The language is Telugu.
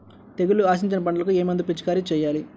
తెగుళ్లు ఆశించిన పంటలకు ఏ మందు పిచికారీ చేయాలి?